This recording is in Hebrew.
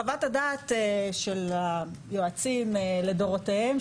חוות הדעת של היועצים לדורותיהם,